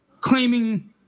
claiming